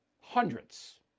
Hundreds